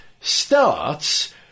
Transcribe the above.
starts